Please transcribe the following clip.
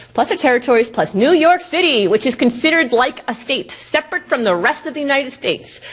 plus their territories, plus new york city, which is considered like a state separate from the rest of the united states.